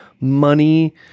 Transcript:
money